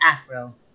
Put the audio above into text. afro